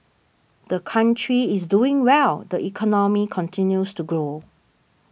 the country is doing well the economy continues to grow